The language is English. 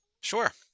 Sure